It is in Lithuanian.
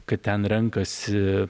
kad ten renkasi